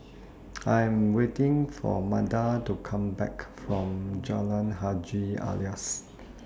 I Am waiting For Manda to Come Back from Jalan Haji Alias